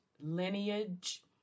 lineage